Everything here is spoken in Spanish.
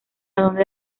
donde